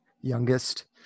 youngest